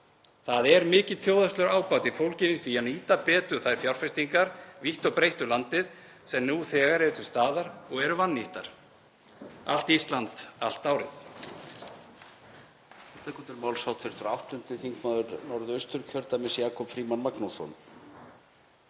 Það er mikill þjóðhagslegur ábati fólginn í því að nýta betur þær fjárfestingar vítt og breitt um landið sem nú þegar eru til staðar og eru vannýttar. Allt Ísland, allt árið.